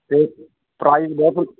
ਅਤੇ ਪ੍ਰਾਈਜ਼ ਬਹੁਤ